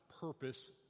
purpose